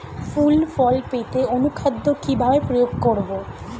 ফুল ফল পেতে অনুখাদ্য কিভাবে প্রয়োগ করব?